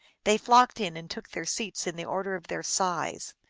they flocked in, and took their seats in the order of their size.